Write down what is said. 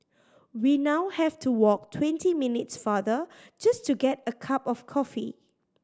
we now have to walk twenty minutes farther just to get a cup of coffee